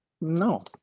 No